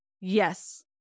yes